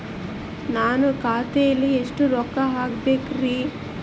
ನಾನು ಖಾತೆಯಲ್ಲಿ ಎಷ್ಟು ರೊಕ್ಕ ಹಾಕಬೇಕ್ರಿ?